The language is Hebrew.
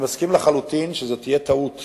אני מסכים לחלוטין שזו תהיה טעות